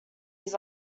his